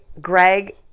Greg